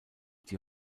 die